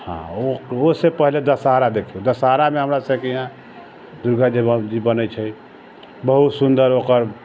हँ ओकरोसँ पहिले दशहरा देखियौ दशहरामे हमरासभके यहाँ दुर्गा जी बनैत छै बहुत सुन्दर ओकर